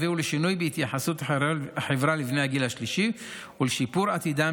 יביאו לשינוי בהתייחסות החברה לבני הגיל השלישי ולשיפור עתידם